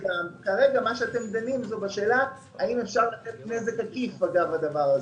כרגע אתם דנים בשאלה האם ניתן לתת פיצוי בגין נזק עקיף אגב הדבר הזה.